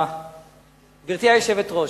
גברתי היושבת-ראש,